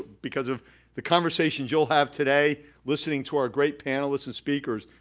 because of the conversations you'll have today, listening to our great panelists and speakers,